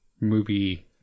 movie